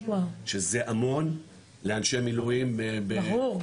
שזה המון לאנשי מילואים --- ברור.